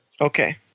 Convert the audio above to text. Okay